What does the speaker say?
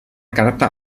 carta